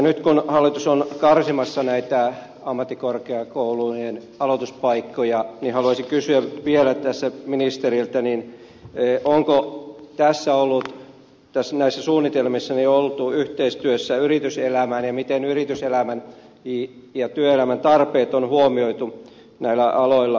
nyt kun hallitus on karsimassa näitä ammattikorkeakoulujen aloituspaikkoja niin haluaisin kysyä vielä tässä ministeriltä onko näissä suunnitelmissa oltu yhteistyössä yrityselämään ja miten yrityselämän ja työelämän tarpeet on huomioitu näillä aloilla